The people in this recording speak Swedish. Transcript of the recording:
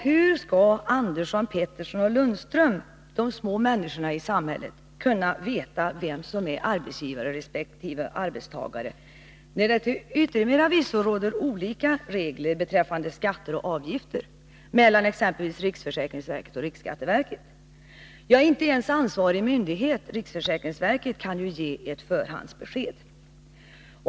Hur skall Andersson, Pettersson och Lundström — de små människorna i samhället — kunna veta vem som är arbetsgivare resp. arbetstagare, när det till yttermera visso råder olika regler mellan exempelvis riksförsäkringsverket och riksskatteverket? Inte ens ansvarig myndighet, riksförsäkringsverket, kan ge ett förhandsbesked.